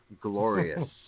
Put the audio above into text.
glorious